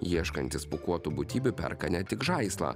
ieškantys pūkuotų būtybių perka ne tik žaislą